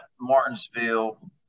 Martinsville